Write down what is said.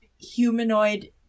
humanoid